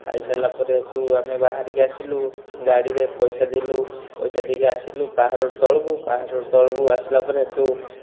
ଖାଇସାରିଲା ପରେ ସେଇଠୁ ଆମେ ବାହାରିକି ଆସିଲୁ ଗାଡ଼ିରେ ପଇସା ଦେଲୁ ପଇସା ଦେଇକି ଆସିଲୁ ପାହାଡ଼ରୁ ତଳକୁ ପାହାଡ଼ରୁ ତଳକୁ ଆସିଲା ପରେ ସେଇଠୁ